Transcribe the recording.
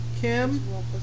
Kim